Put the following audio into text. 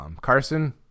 Carson